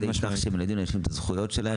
ידי כך שהם לא נותנים לאנשים את הזכויות שלהם.